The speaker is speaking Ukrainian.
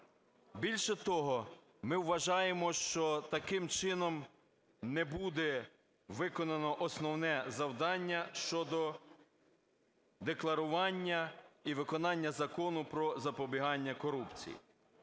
Більше того, ми вважаємо, що таким чином не буде виконано основне завдання щодо декларування і виконання Закону "Про запобігання корупції".